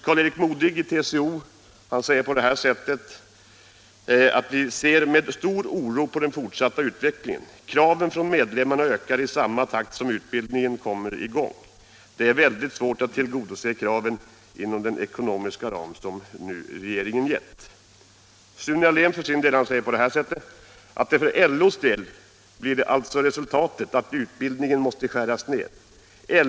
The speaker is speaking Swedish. Karl-Erik Modig säger så här: ”Vi ser med oro på den fortsatta utvecklingen. Kraven från medlemmarna ökar i samma takt som utbildningen kommer i gång. Det blir svårt att tillgodose kraven inom den ekonomiska ram som regeringen gett.” ”För LO:s del blir alltså resultatet att utbildningen måste skäras ned.